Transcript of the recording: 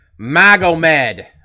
Magomed